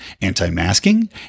anti-masking